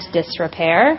disrepair